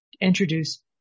introduce